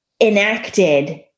enacted